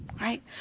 right